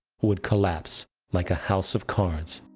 would collapse like a house of cards.